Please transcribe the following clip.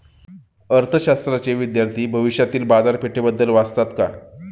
अर्थशास्त्राचे विद्यार्थी भविष्यातील बाजारपेठेबद्दल वाचतात का?